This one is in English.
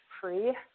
free